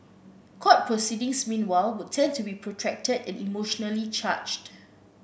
court proceedings meanwhile would tend to be protracted and emotionally charged